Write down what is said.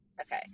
okay